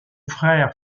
frère